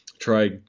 try